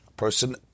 person